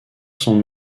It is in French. son